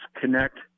connect